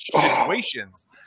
situations